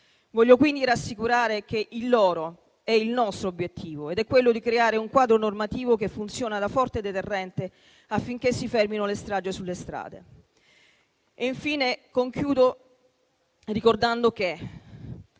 Desidero quindi rassicurare che il loro obiettivo è il nostro ed è quello di creare un quadro normativo che funzioni da forza deterrente affinché si fermino le stragi sulle strade.